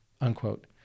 unquote